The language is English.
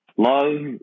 Love